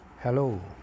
Hello